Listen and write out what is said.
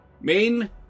main